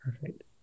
Perfect